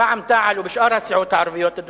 ברע"ם-תע"ל ובשאר הסיעות הערביות,